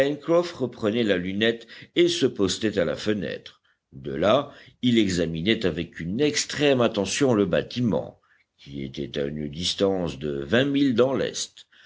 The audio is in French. pencroff reprenait la lunette et se postait à la fenêtre de là il examinait avec une extrême attention le bâtiment qui était à une distance de vingt milles dans l'est